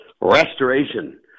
restoration